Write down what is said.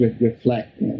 reflect